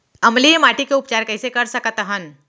अम्लीय माटी के उपचार कइसे कर सकत हन?